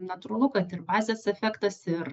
natūralu kad ir bazės efektas ir